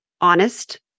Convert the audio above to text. honest